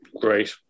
great